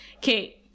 Kate